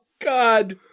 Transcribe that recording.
God